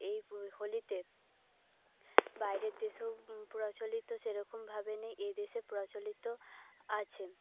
এই হোলিতে বাইরের দেশেও প্রচলিত সেরকমভাবে নেই এদেশে প্রচলিত আছে